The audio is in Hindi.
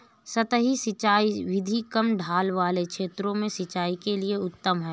सतही सिंचाई विधि कम ढाल वाले क्षेत्रों में सिंचाई के लिए उत्तम है